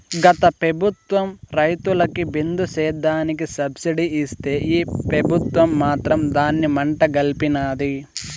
గత పెబుత్వం రైతులకి బిందు సేద్యానికి సబ్సిడీ ఇస్తే ఈ పెబుత్వం మాత్రం దాన్ని మంట గల్పినాది